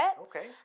Okay